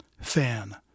Fan